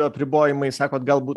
apribojimai sakot galbūt